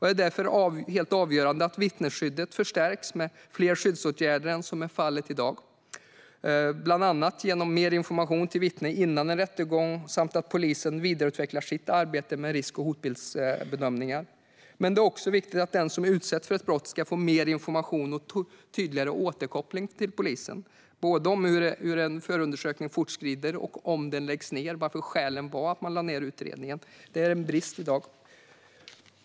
Det är därför helt avgörande att vittnesskyddet förstärks med fler skyddsåtgärder än vad som är fallet i dag, bland annat med mer information till vittnen före rättegång och genom att polisen vidareutvecklar arbetet med risk och hotbildsbedömningar. Men det är också viktigt att den som utsätts för ett brott ska få mer information och tydligare återkoppling till polisen, både om hur en förundersökning fortskrider och om skälen till att en utredning läggs ned. Det är en brist i dag.